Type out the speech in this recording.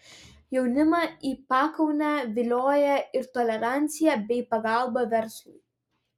jaunimą į pakaunę vilioja ir tolerancija bei pagalba verslui